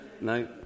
no